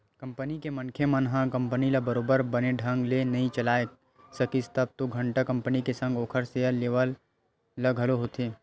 company के मनखे मन ह कंपनी ल बरोबर बने ढंग ले नइ चलाय सकिस तब तो घाटा कंपनी के संग ओखर सेयर लेवाल ल घलो होथे